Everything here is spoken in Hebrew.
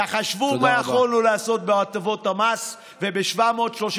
תחשבו מה יכולנו לעשות בהטבות המס וב-735